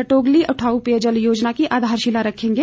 लटोगली उठाऊ पेयजल योजना की आधारशिला रखेंगे